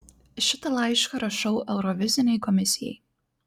šitą laišką rašau eurovizinei komisijai